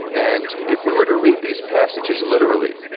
and if we were to read these passages literally,